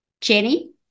Jenny